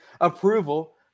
approval